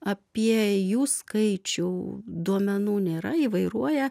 apie jų skaičių duomenų nėra įvairuoja